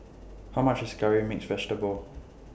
How much IS Curry Mixed Vegetable